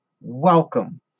welcome